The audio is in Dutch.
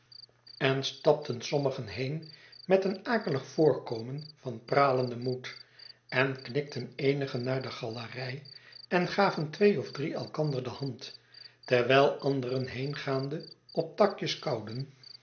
en stapten sommigen heen met een akelig voorkomen van pralenden moed en knikten eenigen naar de galerij en gaven twee of drie elkander de hand terwijl anderen heengaande op takjes